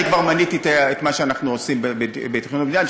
אני כבר מניתי את מה שאנחנו עושים בתכנון ובנייה.